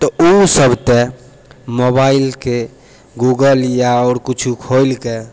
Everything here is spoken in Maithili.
तऽ ओ सब तऽ मोबाइलके गुगल या आओर किछो खोलिकऽ